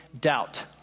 doubt